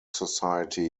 society